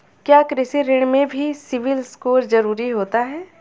क्या कृषि ऋण में भी सिबिल स्कोर जरूरी होता है?